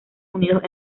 unidos